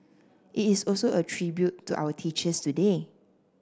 it is also a tribute to our teachers today